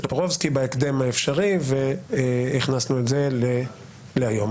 טופורובסקי בהקדם האפשרי והכנסנו את זה להיום.